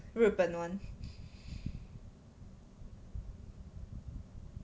日本 [one]